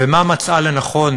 ומה מצאה לנכון